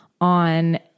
on